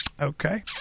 Okay